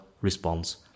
response